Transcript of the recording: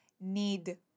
need